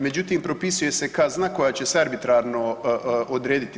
Međutim, propisuje se kazna koja će se arbitrarno odrediti.